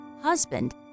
husband